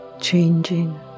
changing